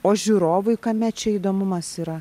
o žiūrovui kame čia įdomumas yra